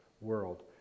world